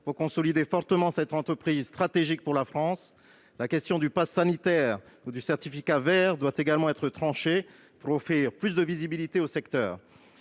pour consolider fortement cette entreprise stratégique pour la France. La question du pass sanitaire ou certificat vert doit également être tranchée pour offrir davantage de visibilité au secteur.